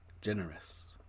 Generous